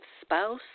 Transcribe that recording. spouse